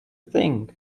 thing